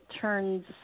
turns